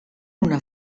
una